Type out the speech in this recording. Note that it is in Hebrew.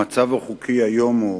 המצב החוקי היום הוא